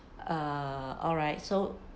uh alright so